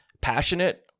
passionate